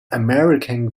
american